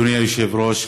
הנשק המשתולל שם.